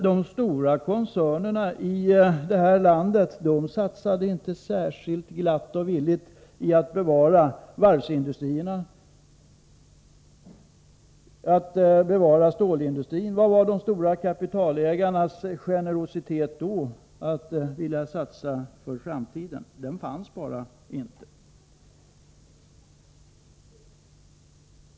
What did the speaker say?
De stora koncernerna i det här landet satsade inte särskilt glatt och villigt för att bevara varvsindustrierna och stålindustrin. Var var de stora kapitalägarnas generositet då det gällde att satsa för framtiden? Den fanns bara inte.